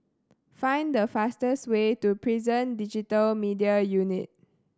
find the fastest way to Prison Digital Media Unit